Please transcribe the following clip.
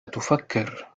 تفكر